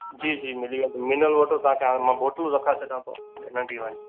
जी जी मिली वेंदो मिनिरल वॉटर तव्हांखे हाणे मां बॉटलूं रखाए छॾियां थो नंढी वारी